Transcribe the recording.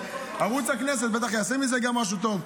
ערוץ הכנסת בטח יעשה מזה גם משהו טוב.